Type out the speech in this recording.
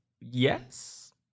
yes